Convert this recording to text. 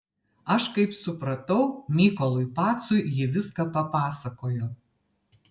aš kaip supratau mykolui pacui ji viską papasakojo